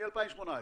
מ-2018.